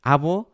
Abo